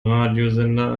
radiosender